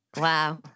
Wow